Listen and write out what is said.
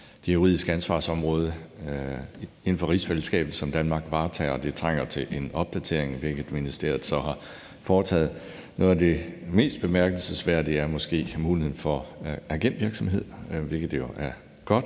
det juridiske ansvarsområde inden for rigsfællesskabet, som Danmark varetager, og det trænger til en opdatering, hvilket ministeriet så har foretaget. Noget af det mest bemærkelsesværdige er måske muligheden for agentvirksomhed, hvilket jo er godt,